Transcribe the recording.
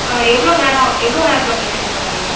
ஆ எவ்வளோ நேரம் எவ்வளோ நேரத்தில் போய் சேர்ந்துட முடியும்